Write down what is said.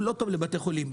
הוא לא טוב לבתי חולים.